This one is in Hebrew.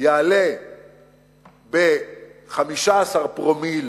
יעלה ב-15 פרומיל